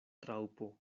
raŭpo